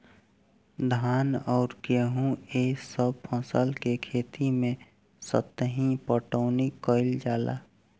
धान अउर गेंहू ए सभ फसल के खेती मे सतही पटवनी कइल जाला